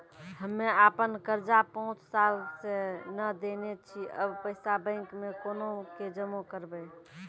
हम्मे आपन कर्जा पांच साल से न देने छी अब पैसा बैंक मे कोना के जमा करबै?